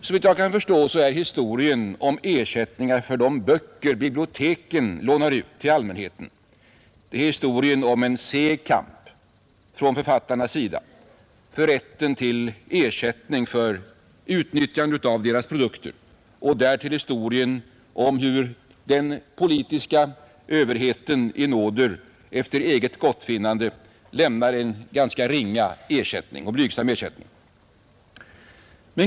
Såvitt jag förstår är historien om ersättningar för de böcker biblioteken lånar ut till allmänheten historien om en seg kamp från författarnas sida för rätten till ersättning för utnyttjande av deras produkter — och därtill historien om hur den politiska överheten i nåder efter eget gottfinnande lämnar en ganska blygsam ersättning.